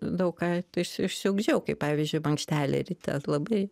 daug ką iš išsiugdžiau kaip pavyzdžiui mankštelė ryte labai